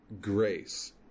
grace